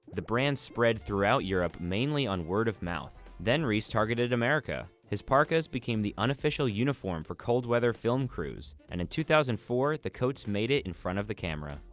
the brand spread throughout europe, mainly on word of mouth. then reiss targeted america. his parkas became the unofficial uniform for cold-weather film crews, and in two thousand and four, the coats made it in front of the camera.